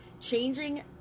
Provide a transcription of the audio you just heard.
changing